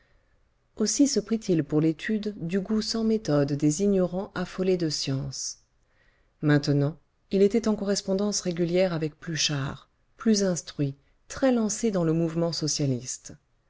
aussi se prit-il pour l'étude du goût sans méthode des ignorants affolés de science maintenant il était en correspondance régulière avec pluchart plus instruit très lancé dans le mouvement socialiste